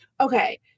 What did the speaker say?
okay